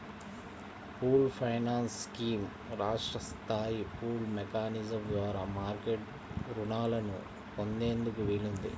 pooled finance scheme రాష్ట్ర స్థాయి pooled mechanism ద్వారా మార్కెట్ రుణాలను పొందేందుకు వీలుంది